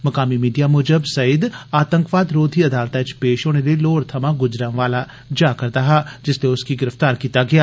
मुकामी मीडिया मुजब सईद आतंकवाद रोघी अदालतै च पेष होने लेई ल्हौर थमां गुजरांवाल जा'रदा हा जिसलै उसगी गिरफ्तार कीता गेआ